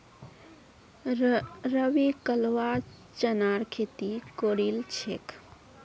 रवि कलवा चनार खेती करील छेक